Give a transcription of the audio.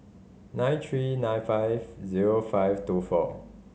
nine three nine five zero five two four